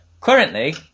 currently